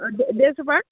অঁ ডে ডে ছুপাৰত